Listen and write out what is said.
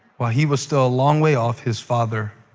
while he was still a long way off, his father